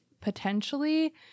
potentially